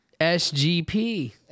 SGP